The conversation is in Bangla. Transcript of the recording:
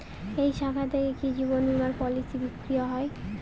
এই শাখা থেকে কি জীবন বীমার পলিসি বিক্রয় হয়?